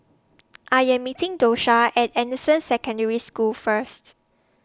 I Am meeting Dosha At Anderson Secondary School First